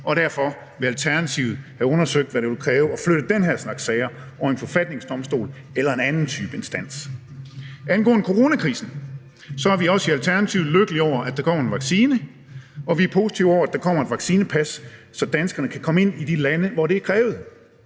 derfor vil Alternativet have undersøgt, hvad det vil kræve at flytte den her slags sager over i en forfatningsdomstol eller en anden type instans. Angående coronakrisen er vi også i Alternativet lykkelige over, at der er kommet en vaccine, og vi er positive over, at der kommer et vaccinepas, så danskerne kan komme ind i de lande, hvor det er krævet.